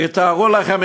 תתארו לכם,